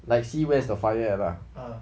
like see where is the fire lah